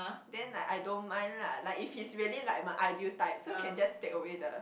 then like I don't mind lah like if he's really like my ideal type so can just take away the